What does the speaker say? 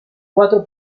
cuatro